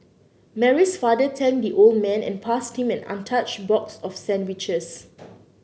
Mary's father thanked the old man and passed him an untouched box of sandwiches